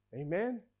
Amen